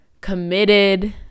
committed